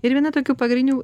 ir viena tokių pagrindinių